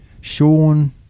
Sean